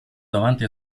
davanti